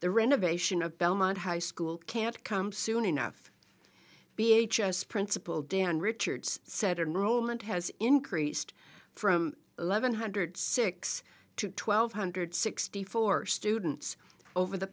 the renovation of belmont high school can't come soon enough be h s principal dan richards said and roland has increased from eleven hundred six to twelve hundred sixty four students over the